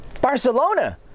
Barcelona